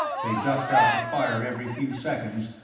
they ducked out to fire every few seconds,